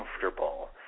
comfortable